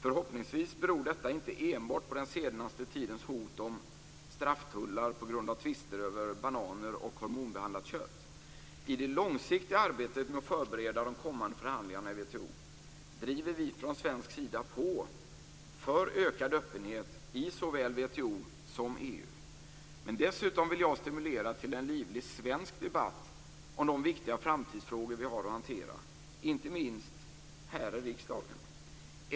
Förhoppningsvis beror detta inte enbart på den senaste tidens hot om strafftullar på grund av tvister rörande bananer och hormonbehandlat kött. I det långsiktiga arbetet med att förbereda de kommande förhandlingarna i WTO driver vi från svensk sida på för ökad öppenhet i såväl WTO som EU. Men dessutom vill jag stimulera till en livlig svensk debatt om de viktiga framtidsfrågor som vi har att hantera, inte minst här i riksdagen.